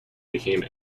became